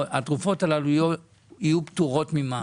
התרופות הללו יהיו פטורות ממע"מ,